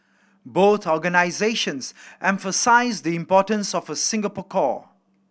both organisations emphasise the importance of a Singapore core